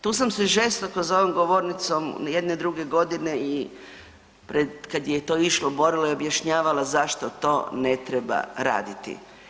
Tu sam se žestoko za ovom govornicom jedne druge godine i pred, kad je to išlo, borila i objašnjavala zašto to ne treba raditi.